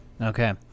Okay